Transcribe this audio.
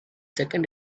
second